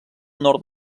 nord